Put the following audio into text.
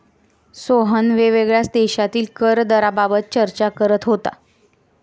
सोहन वेगवेगळ्या देशांतील कर दराबाबत चर्चा करत होता